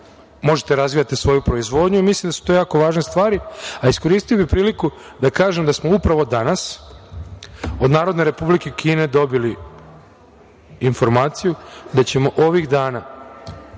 možete da razvijate svoju proizvodnju. Mislim da su to jako važne stvari. Iskoristio bih priliku da kažem da smo upravo danas od Narodne Republike Kine dobili informaciju da ćemo ovih dana